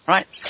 Right